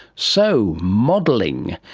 so, modelling.